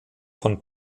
von